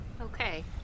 okay